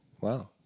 Wow